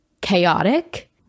chaotic